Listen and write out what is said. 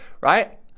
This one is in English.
right